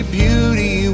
beauty